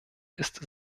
ist